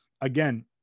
again